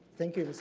thank you, ms.